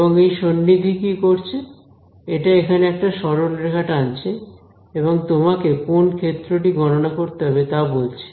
এবং এই সন্নিধি কি করছে এটা এখানে একটা সরল রেখা টানছে এবং তোমাকে কোন ক্ষেত্রটি গণনা করতে হবে তা বলছে